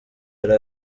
yari